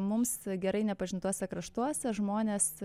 mums gerai nepažintuose kraštuose žmonės